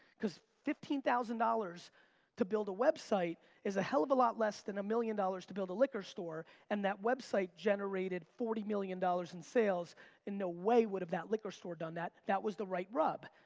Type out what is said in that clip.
cause fifteen thousand dollars to build a website is a hell of a lot less than a million dollars to build a liquor store and that website generated forty million dollars in sales and no way would've that liquor store done that. that was the right rub.